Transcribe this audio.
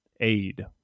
aid